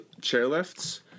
chairlifts